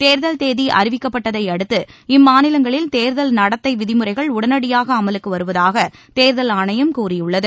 தேர்தல் தேதி அறிவிக்கப்பட்டதை அடுத்து இம்மாநிலங்களில் தேர்தல் நடத்தை விதிமுறைகள் உடனடியாக அமலுக்கு வருவதாக தேர்தல் ஆணையம் கூறியுள்ளது